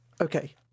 Okay